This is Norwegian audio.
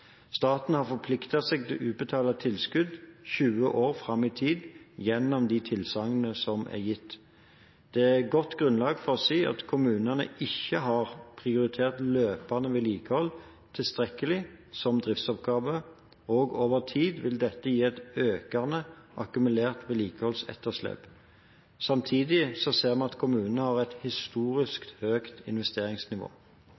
i tid gjennom de tilsagn som er gitt. Det er godt grunnlag for å si at kommunene ikke har prioritert løpende vedlikehold tilstrekkelig som driftsoppgave, og over tid vil dette gi et økende akkumulert vedlikeholdsetterslep. Samtidig ser vi at kommunene har et